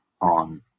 on